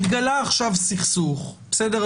התגלה עכשיו סכסוך, בסדר?